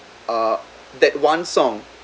uh that one song